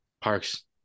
Parks